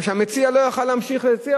כי המציע לא יכול היה להמשיך ולהציע,